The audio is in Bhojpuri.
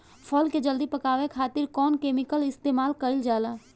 फल के जल्दी पकावे खातिर कौन केमिकल इस्तेमाल कईल जाला?